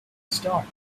start